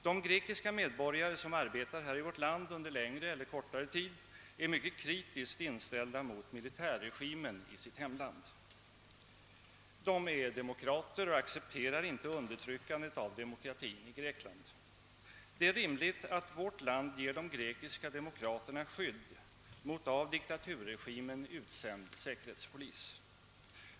De greker det gäller och som arbetat i vårt land under längre eller kortare tid är mycket kritiskt inställda till militärregimen i sitt hemland. De är demokrater och accepterar inte undertryckandet av demokratin i Grekland. Det är rimligt att vårt land ger de grekiska demokraterna skydd mot av diktaturregimen utsänd säkerhetspolis.